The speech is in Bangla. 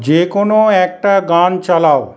যে কোনও একটা গান চালাও